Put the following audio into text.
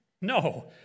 No